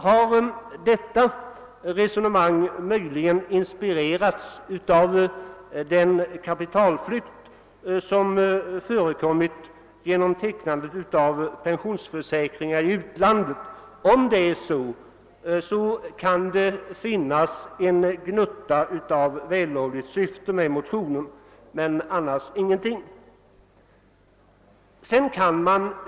Har detta resonemang möjligen inspirerats av den kapitalflykt som förekommit genom tecknandet av pensionsförsäkringar i utlandet? Om det är så, kan det finnas en gnutta av vällovligt syfte med motionen — annars inte.